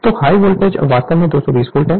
तो high voltage side वास्तव में 220 वोल्ट है